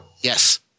Yes